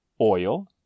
oil